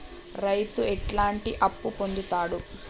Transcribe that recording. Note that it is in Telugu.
రైతు ఎట్లాంటి అప్పు పొందుతడు?